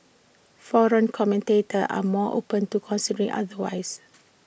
foreign commentators are more open to considering otherwise